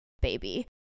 baby